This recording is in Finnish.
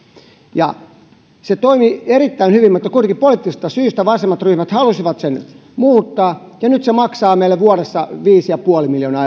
se toimi erittäin hyvin mutta kuitenkin poliittisista syistä vasemmanpuoleiset ryhmät halusivat sen muuttaa ja nyt sen takaisin muuttaminen maksaa meille vuodessa viisi ja puoli miljoonaa